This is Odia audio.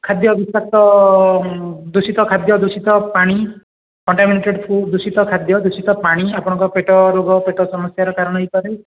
ଖାଦ୍ୟ ବିଷାକ୍ତ ଦୂଷିତ ଖାଦ୍ୟ ଦୂଷିତ ପାଣି କଣ୍ଟାମିନେଟେଡ଼୍ ଫୁଡ଼୍ ଦୂଷିତ ଖାଦ୍ୟ ଦୂଷିତ ପାଣି ଆପଣଙ୍କ ପେଟ ରୋଗ ପେଟ ସମସ୍ୟାର କାରଣ ହେଇପାରେ